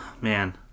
man